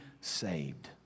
saved